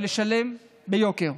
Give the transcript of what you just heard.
ולשלם ביוקר.